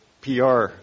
PR